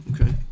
okay